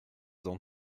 dans